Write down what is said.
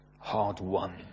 hard-won